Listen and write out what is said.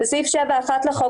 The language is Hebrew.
בסעיף 7(1) לחוק,